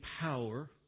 power